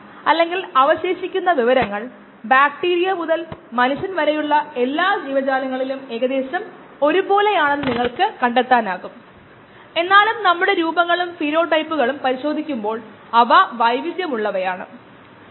കട്ടിയുള്ള കോശങ്ങൾ ഉള്ളപ്പോൾ ഒരു വക്രവും വ്യത്യസ്ത ചരിവുകളുള്ള 2 നേർരേഖകളുടെ സംയോജനവും പോലുള്ള മറ്റ് തരത്തിലുള്ള നശീകരണങ്ങൾ നമുക്ക് ഉണ്ടാകാം നമുക്ക് താപപരമായി വ്യത്യസ്ത ജീവികളുടെ ഒരു മിശ്രിതം ഉണ്ടെങ്കിൽ